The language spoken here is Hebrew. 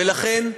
ולכן הקפדנו,